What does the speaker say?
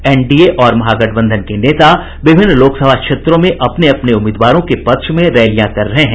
NDA और महागठबंधन के नेता विभिन्न लोकसभा क्षेत्रों में अपने अपने उम्मीदवारों के पक्ष में रैलियां कर रहे हैं